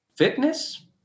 Fitness